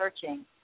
searching